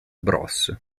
bros